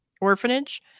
orphanage